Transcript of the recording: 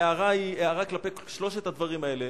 ההערה היא הערה כלפי שלושת הדברים האלה.